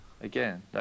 Again